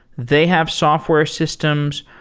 they have software systems.